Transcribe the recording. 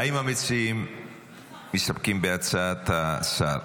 האם המציעים מסתפקים בהצעת השר?